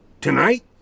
Tonight